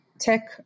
tech